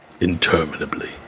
interminably